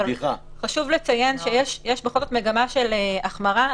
אבל חשוב לציין שיש מגמה של החמרה.